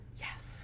yes